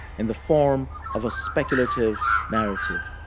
in the form of a speculative narrative.